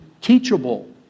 teachable